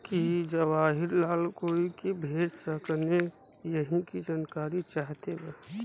की जवाहिर लाल कोई के भेज सकने यही की जानकारी चाहते बा?